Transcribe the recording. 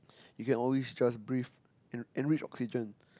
you can always just breathe en~ enriched oxygen